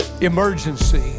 emergency